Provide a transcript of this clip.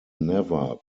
never